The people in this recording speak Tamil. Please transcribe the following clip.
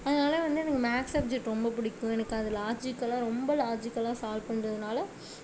அதனால் வந்து எனக்கு மேத்ஸ் சப்ஜெக்ட் ரொம்ப பிடிக்கும் எனக்கு அது லாஜிக்கலாக ரொம்ப லாஜிக்கலாக சால்வ் பண்றதனால